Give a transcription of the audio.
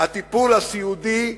הטיפול הסיעודי,